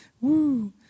Woo